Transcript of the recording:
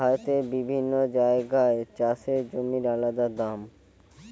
ভারতের বিভিন্ন জাগায় চাষের জমির আলদা দাম